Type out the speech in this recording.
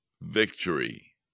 victory